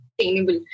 sustainable